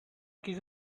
kid